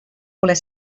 voler